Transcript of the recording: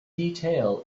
detail